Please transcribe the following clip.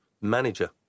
manager